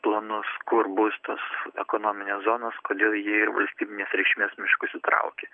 planus kur būstas ekonominės zonos kodėl jie ir valstybinės reikšmės miškus įtraukė